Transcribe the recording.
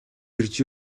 ирж